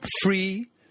Free